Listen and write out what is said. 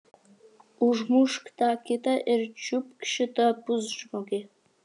užmušk tą kitą ir čiupk šitą pusžmogį